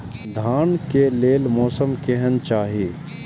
धान के लेल मौसम केहन चाहि?